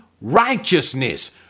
righteousness